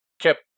kept